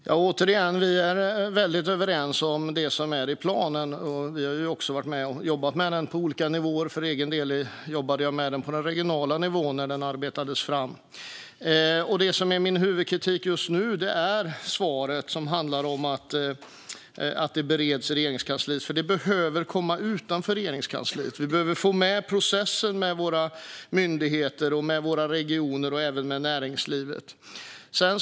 Fru talman! Återigen: Vi är väldigt överens om det som är i planen. Vi har ju också varit med och jobbat med den på olika nivåer. För egen del jobbade jag med den på regional nivå när den arbetades fram. Det som är min huvudkritik just nu är svaret att det bereds i Regeringskansliet, för det behöver komma utanför Regeringskansliet. Vi behöver få med våra myndigheter, regioner och även näringslivet i processen.